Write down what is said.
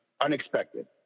unexpected